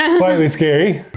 um slightly scary.